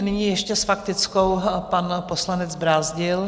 Nyní ještě s faktickou pan poslanec Brázdil.